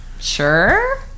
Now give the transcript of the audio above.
Sure